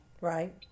right